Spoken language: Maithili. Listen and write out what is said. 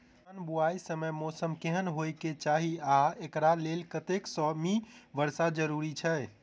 धान बुआई समय मौसम केहन होइ केँ चाहि आ एकरा लेल कतेक सँ मी वर्षा जरूरी छै?